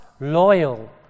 loyal